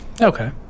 Okay